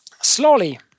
slowly